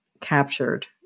captured